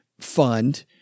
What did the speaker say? fund